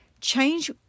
change